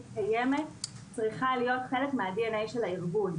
קיימת צריכה להיות חלק מה-DNA של הארגון.